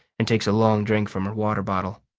and takes a long drink from her water bottle.